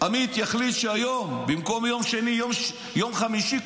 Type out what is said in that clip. עמית יחליט שהיום במקום יום שני יום חמישי,